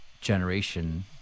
generation